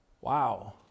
Wow